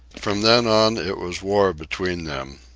from then on it was war between them.